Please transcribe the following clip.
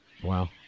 wow